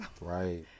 Right